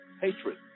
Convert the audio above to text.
hatred